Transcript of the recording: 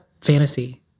fantasy